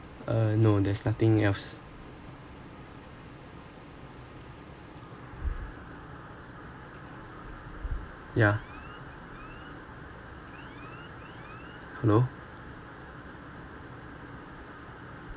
uh no there's nothing else yeah hello